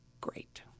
great